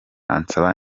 ansaba